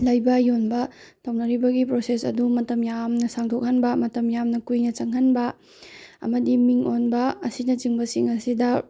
ꯂꯩꯕ ꯌꯣꯟꯕ ꯇꯪꯅꯔꯤꯕꯒꯤ ꯄ꯭ꯔꯣꯁꯦꯁ ꯑꯗꯨ ꯃꯇꯝ ꯌꯥꯝꯅ ꯁꯥꯡꯗꯣꯛꯍꯟꯕ ꯃꯇꯝ ꯌꯥꯝꯅ ꯀꯨꯏꯅ ꯆꯪꯍꯟꯕ ꯑꯃꯗꯤ ꯃꯤꯡ ꯑꯣꯟꯕ ꯑꯁꯤꯅ ꯆꯤꯡꯕꯁꯤꯡ ꯑꯁꯤꯗ